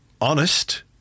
honest